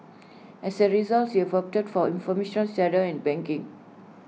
as A result they've opted for informal shadow and banking